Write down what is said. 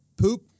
poop